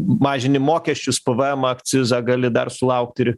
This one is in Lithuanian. mažini mokesčius pvemą akcizą gali dar sulaukt ir